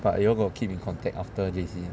but you all got keep in contact after J_C